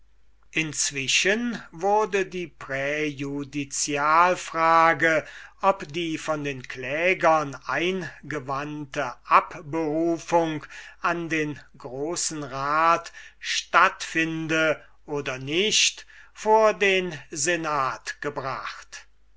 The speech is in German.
inzwischen wurde die präjudicialfrage ob die von klägern eingewandte abberufung an den großen rat statt finde oder nicht vor den senat gebracht